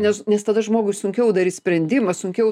nes nes tada žmogui sunkiau daryt sprendimą sunkiau